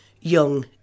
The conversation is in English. young